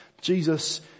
Jesus